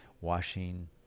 washing